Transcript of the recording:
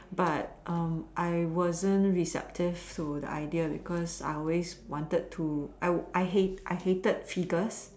but I wasn't receptive to the idea because I always wanted to I hate I hated figures